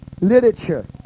literature